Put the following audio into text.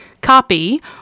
copy